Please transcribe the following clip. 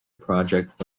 project